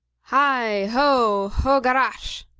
hi! ho! ho-garach!